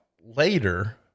later